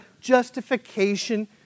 justification